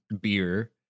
beer